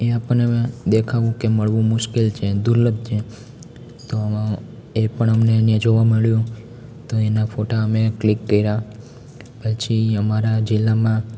એ આપનને દેખાવું કે મળવું મુશ્કેલ છે દુર્લભ છે તો આમાં એ પણ અમને જોવા મળ્યું તો એના ફોટા અમે ક્લિક કર્યા પછી અમારા જીલ્લામાં